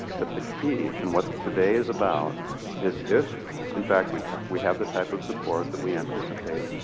but the key in what today is about is if in fact we we have the type of support that we anticipate,